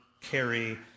carry